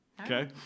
okay